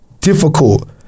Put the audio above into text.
difficult